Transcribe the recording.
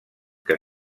que